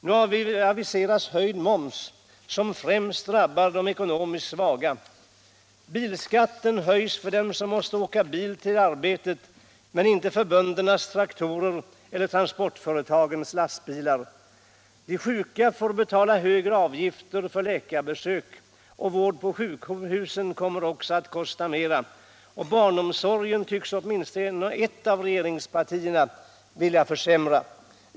Nu aviseras höjd moms som främst drabbar de ekonomiskt svaga. Bilskatten höjs för dem som måste åka bil till arbetet men inte för böndernas traktorer eller transportföretagens lastbilar. De sjuka får betala högre avgifter för läkarbesök, och vård på sjukhusen kommer också att kosta mera. Och barnomsorgen tycks åtminstone ett av regeringspartierna vilja försämra.